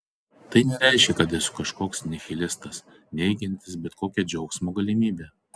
tai nereiškia kad esu kažkoks nihilistas neigiantis bet kokią džiaugsmo galimybę